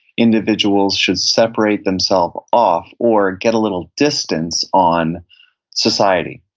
individuals should separate themselves off or get a little distance on society.